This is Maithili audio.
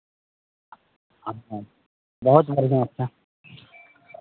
खान पान बहुत बढ़िआँ छै